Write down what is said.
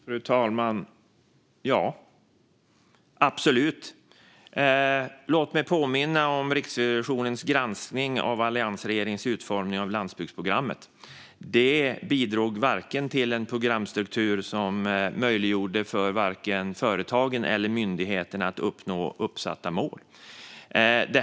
Fru talman! Ja - absolut. Låt mig påminna om Riksrevisionens granskning av alliansregeringens utformning av landsbygdsprogrammet. Det bidrog till en programstruktur som möjliggjorde varken för företagen eller för myndigheterna att uppnå uppsatta mål.